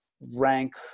rank